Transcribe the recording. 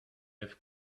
have